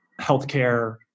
healthcare